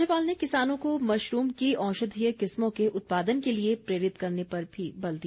राज्यपाल ने किसानों को मशरूम की औषधीय किस्मों के उत्पादन के लिए प्रेरित करने पर भी बल दिया